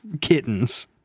kittens